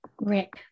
Rick